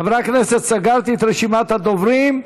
חברי הכנסת, סגרתי את רשימת הדוברים.